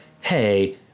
hey